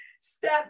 Step